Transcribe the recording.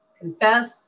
confess